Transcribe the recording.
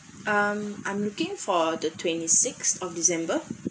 I'm I'm looking for the twenty six of december